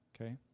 okay